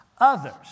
others